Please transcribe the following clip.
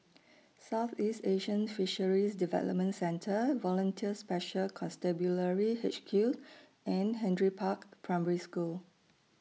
Southeast Asian Fisheries Development Centre Volunteer Special Constabulary H Q and Henry Park Primary School